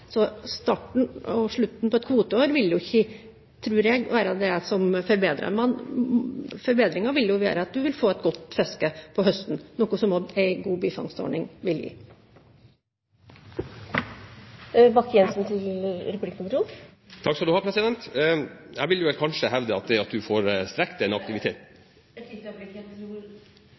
Så starten og slutten på et kvoteår tror jeg ikke vil være det som forbedrer noe. Forbedringen vil jo være at man får et godt fiske om høsten, noe som også en god bifangstordning vil gi. Neste replikk er fra Frank Bakke-Jensen. Et lite øyeblikk – på min skjerm står det Bakke-Jensen, men jeg forstår at